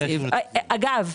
אגב,